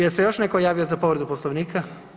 Jel se još netko javlja za povredu Poslovnika?